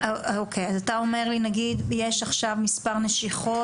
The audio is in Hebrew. רגע, אז אתה אומר לי נגיד אם יש עכשיו מספר נשיכות